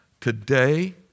Today